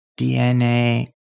DNA